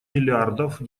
миллиардов